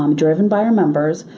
um driven by our members,